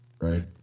right